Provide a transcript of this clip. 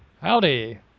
Howdy